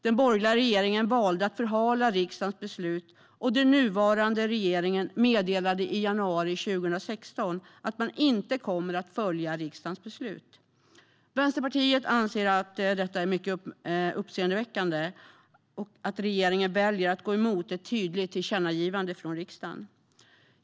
Den borgerliga regeringen valde att förhala riksdagens beslut, och den nuvarande regeringen meddelade i januari 2016 att man inte kommer att följa riksdagens beslut. Vänsterpartiet anser att det är mycket uppseendeväckande att regeringen väljer att gå emot ett tydligt tillkännagivande från riksdagen.